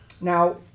now